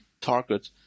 target